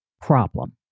problem